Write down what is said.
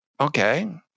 okay